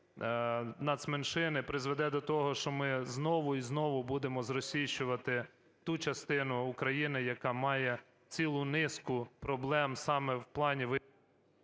нацменшини призведе до того, що ми знову і знову будемо зросійщувати ту частину України, яка має цілу низку проблем саме в плані…